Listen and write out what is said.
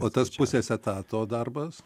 o tas pusės etato darbas